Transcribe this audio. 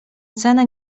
cenę